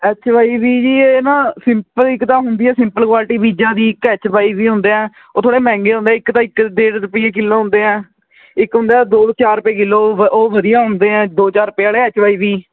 H Y V ਵੀ ਇਹ ਨਾ ਸਿੰਪਲ ਇਕ ਤਾਂ ਹੁੰਦੀ ਹੈ ਸਿੰਪਲ ਕੁਆਲਟੀ ਬੀਜਾਂ ਦੀ ਇਕ ਐੱਚ ਵਾਈ ਵੀ ਹੁੰਦੇ ਹੈ ਉਹ ਥੋੜ੍ਹੇ ਮਹਿੰਗੇ ਹੁੰਦੇ ਹੈ ਇਕ ਤਾਂ ਇਕ ਡੇਢ ਰੁਪਏ ਕਿਲੋ ਹੁੰਦੇ ਇਕ ਹੁੰਦੇ ਹੈ ਦੋ ਚਾਰ ਰੁਪਏ ਕਿਲੋ ਉਹ ਵ ਵਧੀਆ ਹੁੰਦੇ ਹੈ ਦੋ ਚਾਰ ਰੁਪਏ ਵਾਲੇ ਐੱਚ ਵਾਈ ਵੀ